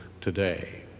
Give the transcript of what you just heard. today